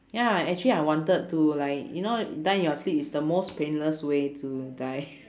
ya actually I wanted to like you know die in your sleep is the most painless way to die